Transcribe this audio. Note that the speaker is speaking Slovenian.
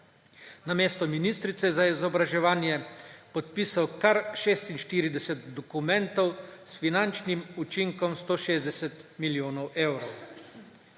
namesto ministrice za izobraževanje podpisal kar 46 dokumentov s finančnim učinkom 160 milijonov evrov.